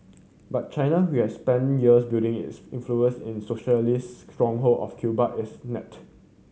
but China who has spent years building its influence in socialist stronghold of Cuba is net